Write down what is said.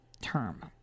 Term